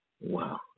Wow